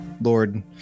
lord